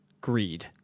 greed